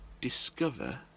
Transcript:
discover